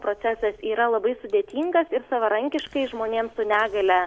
procesas yra labai sudėtingas ir savarankiškai žmonėms su negalia